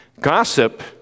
Gossip